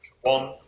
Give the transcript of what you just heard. One